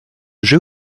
jeu